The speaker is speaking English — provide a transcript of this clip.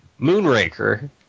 Moonraker